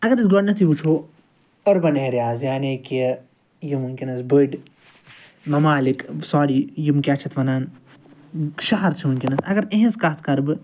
اَگر أسۍ گۄڈٕنیٚتھٕے وُچھُو أربَن ایرِیاز یعنی کہِ یِم وُنٛکیٚس بٔڑۍ ممالِک سۄاری یِم کیٛاہ چھِ اَتھ وَنان شہر چھِ وُنٛکیٚس اَگر اہنٛز کَتھ کَرٕ بہٕ